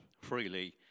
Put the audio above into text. freely